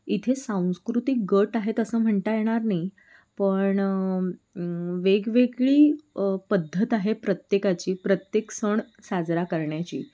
इथे सांस्कृतिक गट आहेत असं म्हणता येणार नाही पण वेगवेगळी पद्धत आहे प्रत्येकाची प्रत्येक सण साजरा करण्याची